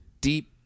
deep